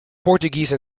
portuguese